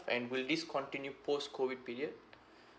and will this continue post COVID period